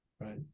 right